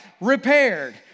repaired